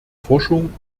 forschung